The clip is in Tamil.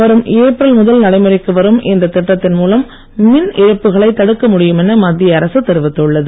வரும் ஏப்ரல் முதல் நடைமுறைக்கு வரும் இந்த திட்டத்தின் மூலம் மின் இழப்புகளை தடுக்க முடியும் என மத்திய அரசு தெரிவித்துள்ளது